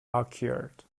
occurred